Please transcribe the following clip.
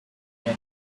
many